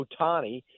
Otani